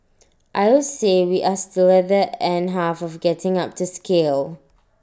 I would say we are still at the end half of getting up to scale